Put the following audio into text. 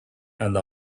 and